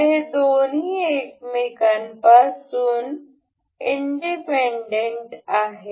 तर हे दोन्ही एकमेकांपासून इंडिपेंडेंट आहेत